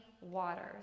waters